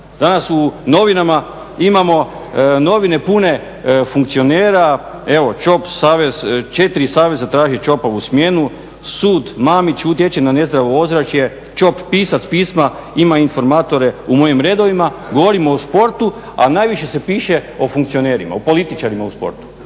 Danas u novinama, imamo novine pune funkcionera, evo …, četiri saveza traže … smjenu sud Mamić utječe na nezdravo ozračje, Čop pisac pisma ima informatore u mojim redovima. Govorimo o sportu, a najviše se piše o funkcionarima, o političarima u sportu.